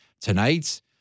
tonight